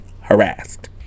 harassed